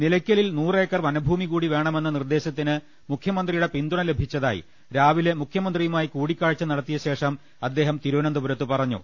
നിലയ്ക്കലിൽ നൂറ് ഏക്കർ വനഭൂമികൂടി വേണമെന്ന നിർദ്ദേശത്തിന് മുഖ്യമന്ത്രിയുടെ പിന്തുണ ലഭിച്ചതായി രാവിലെ മുഖൃമ്ന്ത്രിയുമായി കൂടിക്കാഴ്ച നടത്തിയ ശേഷം അദ്ദേഹം തിരുവനന്തപുരത്ത് പറഞ്ഞു